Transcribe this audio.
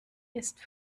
ist